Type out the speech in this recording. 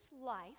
life